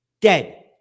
Dead